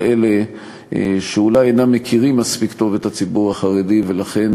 אלה שאולי אינם מכירים מספיק טוב את הציבור החרדי ולכן